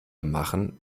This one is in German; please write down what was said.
machen